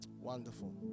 Wonderful